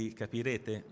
capirete